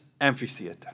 amphitheater